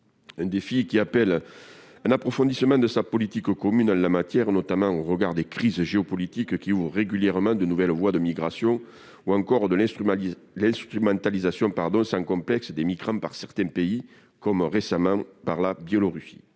un défi qui appelle un approfondissement de sa politique commune en la matière, notamment au regard des crises géopolitiques qui ouvrent régulièrement de nouvelles voies de migration, ou encore de l'instrumentalisation sans complexe des migrants par certains pays, comme récemment la Biélorussie.